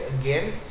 again